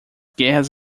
guerras